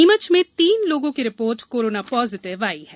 नीमच में तीन लोगों की रिपोर्ट कोरोना पॉजिटिव आई है